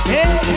Hey